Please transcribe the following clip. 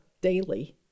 daily